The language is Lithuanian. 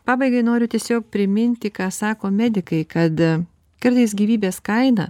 pabaigai noriu tiesiog priminti ką sako medikai kad kartais gyvybės kaina